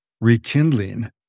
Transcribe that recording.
rekindling